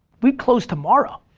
we'd close tomorrow.